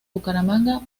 bucaramanga